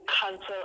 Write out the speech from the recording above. cancel